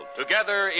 together